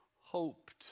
hoped